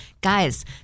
guys